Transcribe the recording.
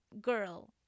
girl